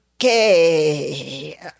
Okay